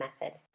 method